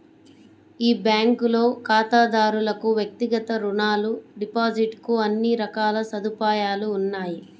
ఈ బ్యాంకులో ఖాతాదారులకు వ్యక్తిగత రుణాలు, డిపాజిట్ కు అన్ని రకాల సదుపాయాలు ఉన్నాయి